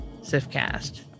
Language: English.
SifCast